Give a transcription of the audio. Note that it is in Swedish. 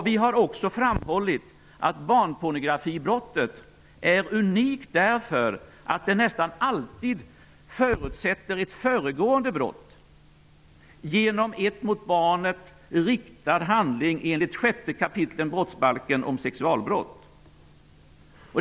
Vi har också framhållit att barnpornografibrottet är unikt därför att det nästan alltid förutsätter ett föregående brott genom en mot barnet riktad handling enligt 6 kap. brottsbalken om sexualbrott.